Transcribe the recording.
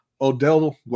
Odell